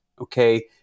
okay